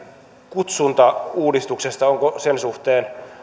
kutsuntauudistuksesta onko sen suhteen